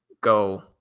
go